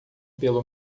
pelo